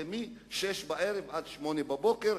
מ-18:00 עד 08:00,